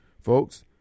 Folks